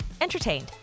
entertained